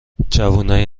جوونای